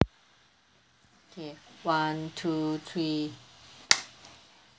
okay one two three